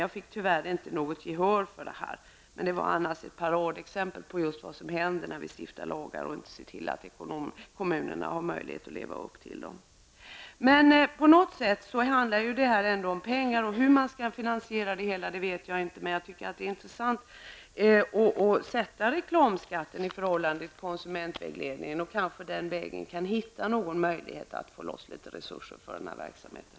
Jag har tyvärr inte fått något gehör för mina synpunkter. Jag tycker att vad jag här har nämnt är ett paradexempel på vad som händer när vi stiftar lagar utan att se till att kommunerna har möjlighet att leva upp till dessa. På något sätt handlar detta ändå om pengar. Men hur det hela skall finansieras vet inte jag. Jag tycker emellertid att en reklamskatt i förhållande till konsumentvägledningen är en intressant sak. Det går kanske att den vägen komma fram till en möjlighet att få loss litet resurser för den här verksamheten.